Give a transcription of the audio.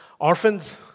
orphans